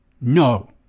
No